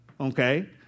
Okay